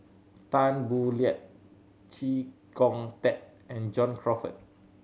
Tan Boo Liat Chee Kong Tet and John Crawfurd